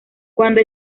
cuando